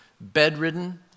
bedridden